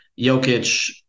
Jokic